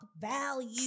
value